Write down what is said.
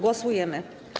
Głosujemy.